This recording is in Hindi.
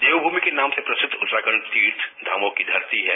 देवभूमि के नाम से प्रसिद्ध उत्तराखंड तीर्थ धामों की धरती है